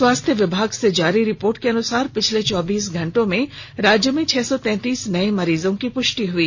स्वास्थ्य विभाग से जारी रिपोर्ट के अनुसार पिछले चौबीस घंटे में राज्य में छह सौ तैंतीस नये मरीजों की पुष्टि हुई